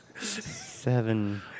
Seven